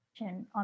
on